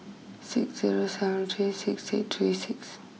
six zero seven three six eight three six